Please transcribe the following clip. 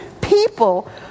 people